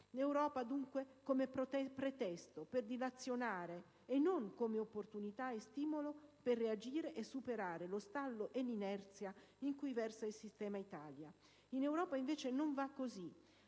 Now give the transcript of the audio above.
L'Europa, dunque, intesa come pretesto per dilazionare e non come opportunità e stimolo per reagire e superare lo stallo e l'inerzia in cui versa il sistema Italia. In Europa, invece, non va così: